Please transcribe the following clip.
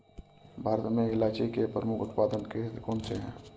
भारत में इलायची के प्रमुख उत्पादक क्षेत्र कौन से हैं?